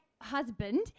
husband